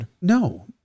No